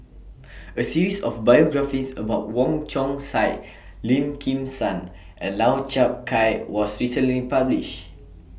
A series of biographies about Wong Chong Sai Lim Kim San and Lau Chiap Khai was recently published